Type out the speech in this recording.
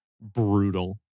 brutal